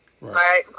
Right